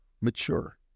mature